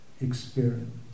experience